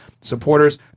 supporters